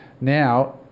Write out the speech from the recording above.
now